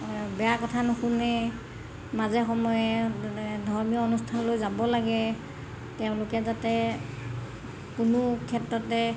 বেয়া কথা নুশুনে মাজে সময়ে ধৰ্মীয় অনুষ্ঠানলৈ যাব লাগে তেওঁলোকে যাতে কোনো ক্ষেত্ৰতে